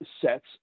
sets